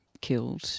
killed